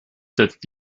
setzt